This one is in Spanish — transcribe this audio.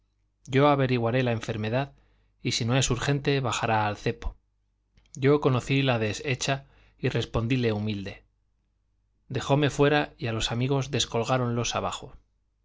yo averiguaré la enfermedad y si no es urgente bajará al cepo yo conocí la deshecha y respondíle humilde dejóme fuera y a los amigos descolgáronlos abajo